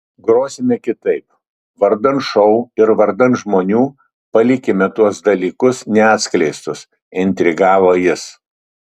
grosime kitaip vardan šou ir vardan žmonių palikime tuos dalykus neatskleistus intrigavo jis